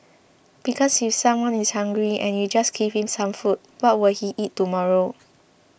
because if someone is hungry and you just give him some food what will he eat tomorrow